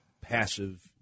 passive